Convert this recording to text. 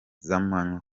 z’amanywa